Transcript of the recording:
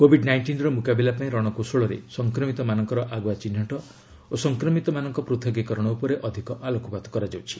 Covid ନାଇଷ୍ଟିନ୍ର ମୁକାବିଲା ପାଇଁ ରଣକୌଶଳରେ ସଂକ୍ରମିତମାନଙ୍କର ଆଗୁଆ ଚିହ୍ନଟ ଓ ସଂକ୍ରମିତମାନଙ୍କ ପୃଥକୀକରଣ ଉପରେ ଅଧିକ ଆଲୋକପାତ କରାଯାଉଛି